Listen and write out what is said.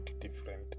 different